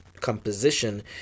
composition